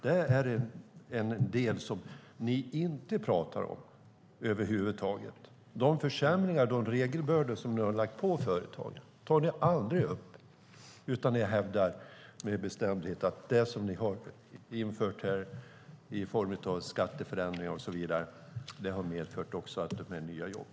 Det är en del som ni inte pratar om över huvud taget. De försämringar och de regelbördor som ni har lagt på företagen tar ni aldrig upp, utan ni hävdar med bestämdhet att det ni har infört i form av skatteförändringar och så vidare har medfört nya jobb.